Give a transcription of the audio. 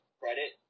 credit